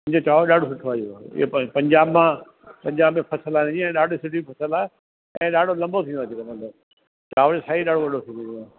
हिनजो चांवरु ॾाढो सुठो आहे इहो इहे पंजाब मां पंजाब में फ़सल हाणे जीअं ॾाढी सुठी फ़सल आहे ऐं ॾाढो लंबो थींदो आहे जेका चयो चांवरु साईं ॾाढो वॾो थींदो आहे